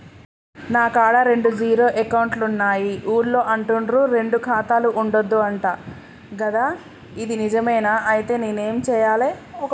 నా కాడా రెండు జీరో అకౌంట్లున్నాయి ఊళ్ళో అంటుర్రు రెండు ఖాతాలు ఉండద్దు అంట గదా ఇది నిజమేనా? ఐతే నేనేం చేయాలే?